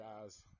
guys